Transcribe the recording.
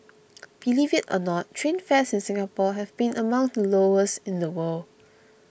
believe it or not train fares in Singapore have been among the lowest in the world